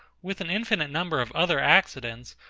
with an infinite number of other accidents,